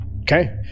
Okay